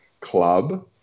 club